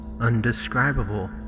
undescribable